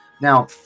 Now